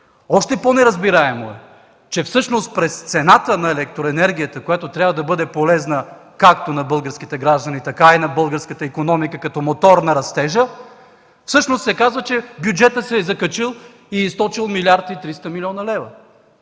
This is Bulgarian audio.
Още по-неразбираемо е, че всъщност през цената на електроенергията, която трябва да бъде полезна както на българските граждани, така и на българската икономика като мотор на растежа, всъщност се казва, че бюджетът се е закачил и източил 1 млрд.